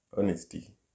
Honesty